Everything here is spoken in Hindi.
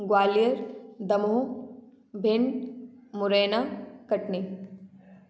ग्वालियर दमोह भिंड मुरैना कटनी